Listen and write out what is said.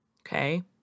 okay